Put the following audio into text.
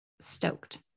stoked